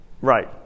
Right